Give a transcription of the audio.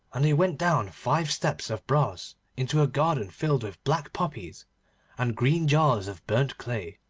and they went down five steps of brass into a garden filled with black poppies and green jars of burnt clay.